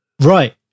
Right